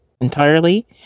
entirely